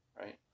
right